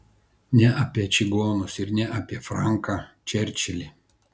ne apie čigonus ir ne apie franką čerčilį